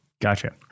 Gotcha